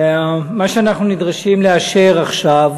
מה שאנחנו נדרשים לאשר עכשיו,